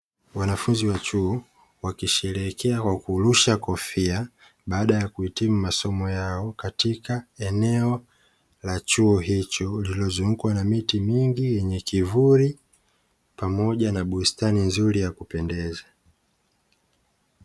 Wanafunzi wa chuo wakisherehekea kwa kurusha kofia, baada ya kuhitimu masomo yao katika eneo la chuo hicho, lililozungukwa na miti mingi yenye kivuli pamoja na bustani nzuri ya kupendeza.